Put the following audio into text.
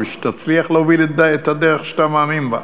ושתצליח להוביל את הדרך שאתה מאמין בה.